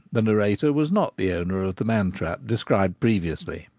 the narrator was not the owner of the man-trap described previously.